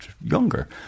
younger